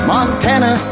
Montana